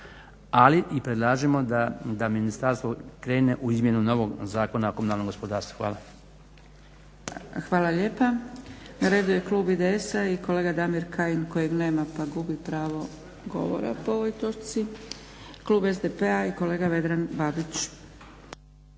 ali i predlažemo da ministarstvo krene u izmjenu novog Zakona o komunalnom gospodarstvu. Hvala. **Zgrebec, Dragica (SDP)** Hvala lijepa. Na redu je klub IDS-a i kolega Damir Kajin, kojeg nema, pa gubi pravo govora po ovoj točci. Klub SDP-a i kolega Vedran Babić.